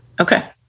Okay